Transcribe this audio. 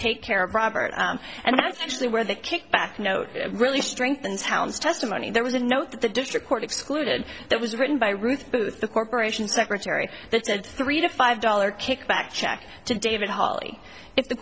take care of robert and that's actually where the kickback note really strengthens hound's testimony there was a note that the district court excluded that was written by ruth booth the corporation secretary that said three to five dollar kickback check to david holly if the